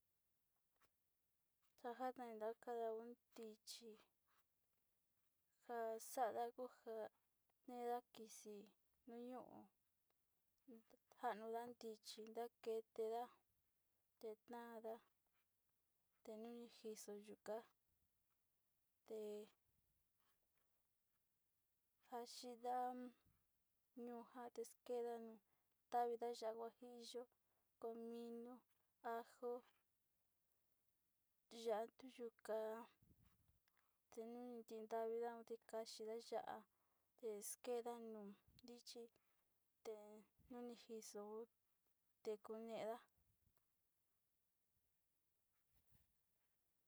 Tanjan tutakeo tichi xa'a ndakutao ne'e kixii ñuu, njaduña'a tichi ndekete nda'a ndaketedakada tenjixi yuu nja te'e njaxhindan yukuna tenjedan tata ya'á huajillo, comino, ajo, ya'á tuyu ka'a ten tekabida yatinje ya'á exkeda nuu tichi nninjixó tekuneda.